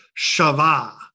Shavah